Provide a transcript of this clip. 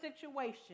situation